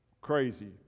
crazy